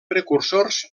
precursors